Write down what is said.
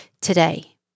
today